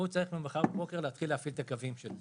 הוא צריך מחר בבוקר להפעיל את הקווים שלו